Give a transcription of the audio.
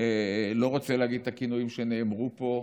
אני לא רוצה להגיד את הכינויים שנאמרו פה,